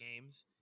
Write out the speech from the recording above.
games